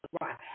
right